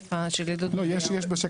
בשקף של עידוד עלייה.